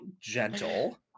Gentle